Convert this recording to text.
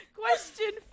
question